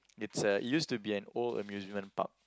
it's a used to be an old amusement park